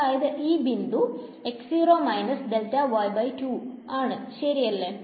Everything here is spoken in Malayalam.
അതായത് ഈ ബിന്ദു ആണ് ശെരിയല്ലേ